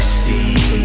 see